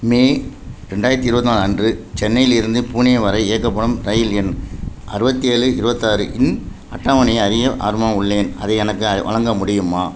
மே ரெண்டாயிரத்தி இருபத்தி நாலு அன்று சென்னையில் இருந்து புனே வரை இயக்கப்படும் இரயில் எண் அறுபத்தி ஏழு இருபத்தி ஆறு இன் அட்டவணையை அறிய ஆர்வமாக உள்ளேன் அதை எனக்கு வழங்க முடியுமா